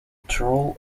drool